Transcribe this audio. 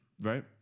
Right